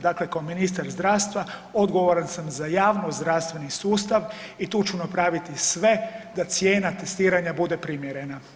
Dakle, kao ministar zdravstva odgovoran sam za javno-zdravstveni sustav i tu ću napraviti sve da cijena testiranja bude primjerena.